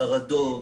חרדות,